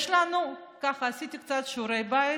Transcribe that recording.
יש לנו, עשיתי קצת שיעורי בית: